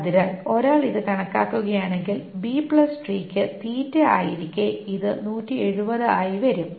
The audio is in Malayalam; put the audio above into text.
അതിനാൽ ഒരാൾ ഇത് കണക്കാക്കുകയാണെങ്കിൽ ബി ട്രീക്ക് B tree ആയിരിക്കെ ഇത് 170 ആയി വരും